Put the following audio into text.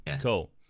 cool